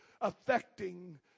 affecting